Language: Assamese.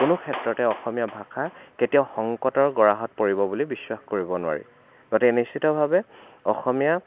কোনো ক্ষেত্ৰতে অসমীয়া ভাষা কেতিয়াও সংকটৰ গৰাহত পৰিব বুলি বিশ্বাস কৰিব নোৱাৰি গতিকে নিশ্চিতভাৱে অসমীয়া